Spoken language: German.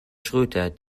schröter